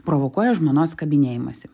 provokuoja žmonos kabinėjimąsi